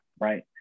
right